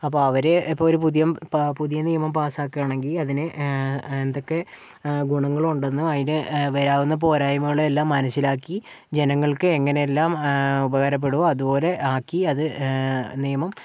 അപ്പം അവര് ഇപ്പം ഒരു പുതിയം പുതിയ നിയമം പാസ്സാക്കുക ആണെങ്കിൽ അതിനെ എന്തൊക്കെ ഗുണങ്ങൾ ഉണ്ടെന്നും അതിൻ്റെ വരാവുന്ന പോരായ്മകളെല്ലാം മനസിലാക്കി ജനങ്ങൾക്ക് എങ്ങനെ എല്ലാം ഉപകാരപ്പെടുമോ അതുപോലെ ആക്കി അത് നിയമം